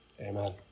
amen